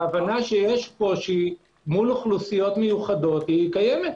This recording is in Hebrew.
ההבנה שיש קושי מול אוכלוסיות מיוחדות קיימת,